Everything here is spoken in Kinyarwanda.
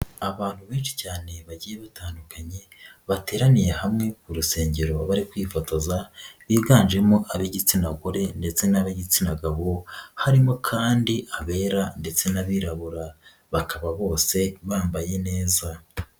Abantu benshi cyane bagiye batandukanye bateraniye hamwe ku rusengero bari kwifotoza biganjemo ab'igitsina gore ndetse n'ab'igitsina gabo harimo kandi abera ndetse n'abirabura, bakaba bose bambaye neza.